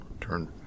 turn